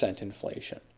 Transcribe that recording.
inflation